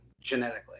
genetically